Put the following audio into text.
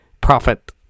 profit